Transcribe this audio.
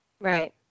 right